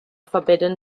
forbidden